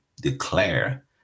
declare